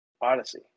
Odyssey